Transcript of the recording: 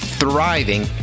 thriving